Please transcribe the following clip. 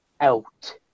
out